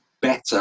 better